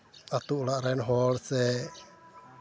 ᱟᱹᱛᱩ ᱚᱲᱟᱜ ᱨᱮᱱ ᱦᱚᱲ ᱥᱮ